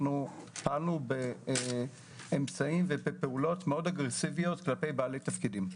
פעלנו באמצעים ובפעולות אגרסיביות מאוד כלפי בעלי תפקידים.